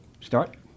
Start